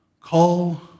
call